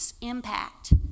impact